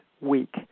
week